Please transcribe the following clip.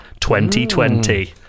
2020